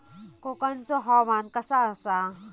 कोकनचो हवामान कसा आसा?